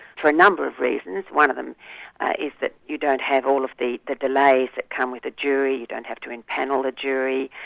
for a number of reasons. one of them is that you don't have all of the the delays that come with a jury, you don't have to empanel the jury,